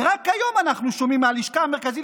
ורק היום אנחנו שומעים מהלשכה המרכזית